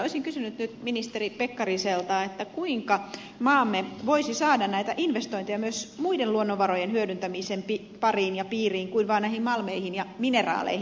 olisin kysynyt nyt ministeri pekkariselta kuinka maamme voisi saada näitä investointeja myös muiden luonnonvarojen hyödyntämisen pariin ja piiriin kuin vaan näihin malmeihin ja mineraaleihin